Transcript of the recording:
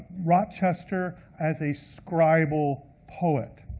rochester as a scribal poet.